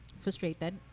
frustrated